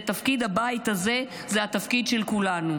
זה תפקיד הבית הזה, זה התפקיד של כולנו.